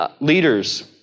leaders